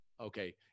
okay